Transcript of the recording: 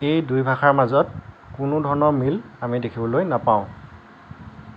এই দুই ভাষাৰ মাজত কোনো ধৰণৰ মিল আমি দেখিবলৈ নাপাওঁ